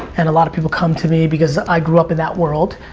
and a lot of people come to me because i grew up in that world.